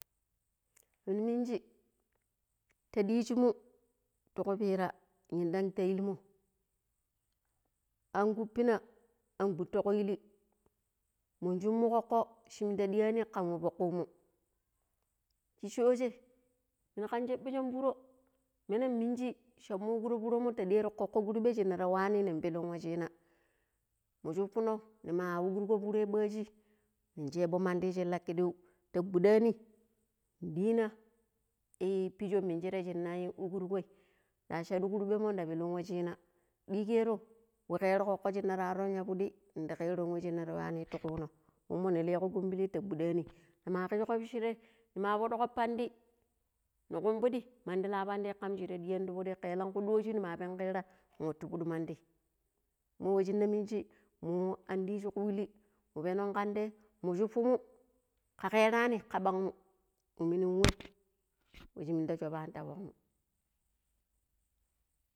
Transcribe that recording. ﻿mini minji ti ɗijji mu ti ku pira yindan ta illi mo an kupina an guto ku illi mun shummo kokko shin munda ɗia ni ka wa fuk kumu kishi shije muni kan shaɓooshon furoo menam minji sham mu ugro furoon mo sha ta ɗiaro koko kurɓe shannar wanni ni pillun washinna mu shufuno nima ugrugo ɓaji ni shebo mandi shin lakiɗiu ta guɗani ɗina e pijo minjire shin na ugurgo da shadu kurbenmo da pillun washina ɗigaro wa kero koko shinaarun ya piddi nin da kero wa shin nar wani ti kuno imo ni ligo kubiili ta guda ni nima kergo shiri nima fiɗugo pando mu kumɓidi mandi la pandi kam shira diyan ti piddi keelanku ɗojji ni ma pengrina nin watu fuɗu mandi mo wajina minji mu an diiji kuli mu penon kande mu shufumu ka kerani ka ɓan mu washin mun da shovani ti fuk mu